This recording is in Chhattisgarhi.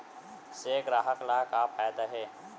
से ग्राहक ला का फ़ायदा हे?